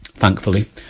Thankfully